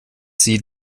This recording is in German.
sie